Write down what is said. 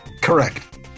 correct